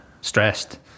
stressed